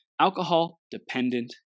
alcohol-dependent